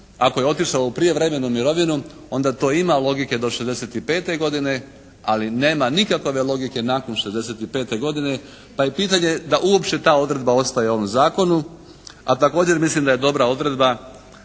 ako je otišao u prijevremenu mirovinu, onda to ima logike do 65 godine, ali nema nikakove logike nakon 65 godine, pa je pitanje da uopće ta odredba ostaje u ovom zakonu. A također mislim da je dobra odredba